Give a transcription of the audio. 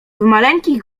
maleńkich